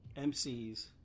MCs